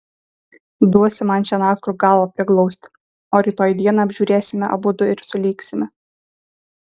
duosi man šiąnakt kur galvą priglausti o rytoj dieną apžiūrėsime abudu ir sulygsime